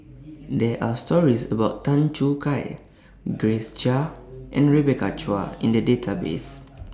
There Are stories about Tan Choo Kai Grace Chia and Rebecca Chua in The Database